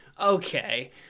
okay